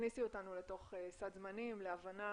תכניסי אותנו לתוך סד זמנים להבנה